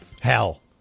Hell